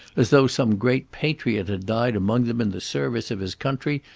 as though some great patriot had died among them in the service of his country,